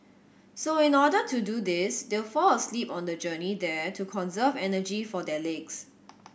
so in order to do this they'll fall asleep on the journey there to conserve energy for their legs